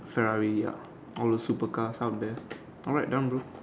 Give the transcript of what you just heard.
Ferrari ah all the super cars out there alright Lambo